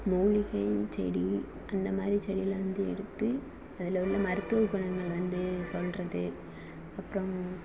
மூலிகை செடி அந்தமாதிரி செடி எல்லாம் வந்து எடுத்து அதில் உள்ள மருத்துவ குணங்களை வந்து சொல்லுறது அப்புறம்